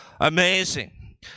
Amazing